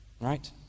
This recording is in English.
right